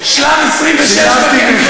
צילמתי,